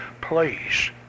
please